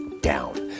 down